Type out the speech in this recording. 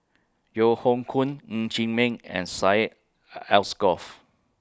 Yeo Hoe Koon Ng Chee Meng and Syed Alsagoff